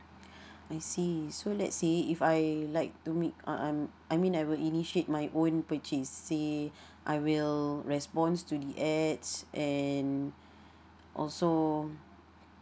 I see so let say if I like to make uh um I mean I will initiate my own purchase say I will response to the ads and also